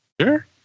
Sure